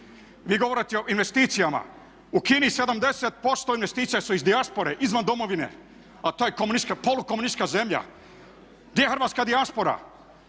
Vi govorite o investicijama. U Kini 70% investicija su iz dijaspore, izvan domovine, a to je polu komunistička zemlja. Di je hrvatska dijaspora?